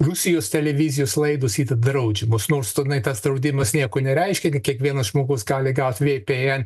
rusijos televizijos laidos yra draudžiamos nors tenai tas draudimas nieko nereiškia kiekvienas žmogus gali gaut vpn